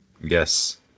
Yes